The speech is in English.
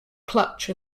clutch